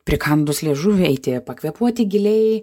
prikandus liežuvį eiti pakvėpuoti giliai